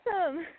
awesome